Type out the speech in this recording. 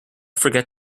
forget